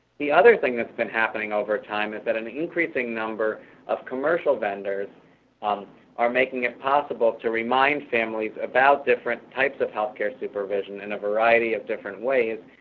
the other thing that has been happening over time is that an increasing number of commercial vendors um are making it possible to remind families about different types of healthcare supervision, in a variety of different ways,